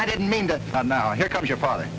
i didn't mean that but now here comes your father